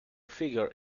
figure